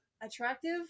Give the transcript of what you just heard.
attractive